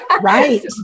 Right